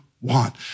want